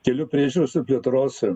kelių priežiūros ir plėtros